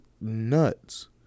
nuts